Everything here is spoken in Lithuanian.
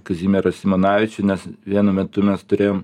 kazimierą simonavičių nes vienu metu mes turėjom